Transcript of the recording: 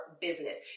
business